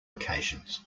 occasions